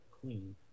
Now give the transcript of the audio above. queen